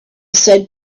said